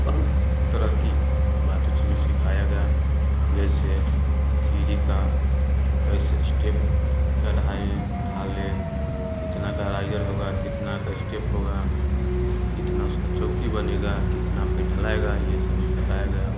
कई तरह की बात उसमें सिखाया गया जैसे सीढ़ी का कैसे स्टेप चढ़ाए ढाले कितना गहराई ये होगा कितना का स्टेप होगा कितना उसका चौकी बनेगा कितना पे ढलाई रह ये सब बताया गया